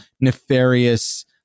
nefarious